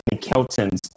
Kelton's